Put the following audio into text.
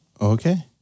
Okay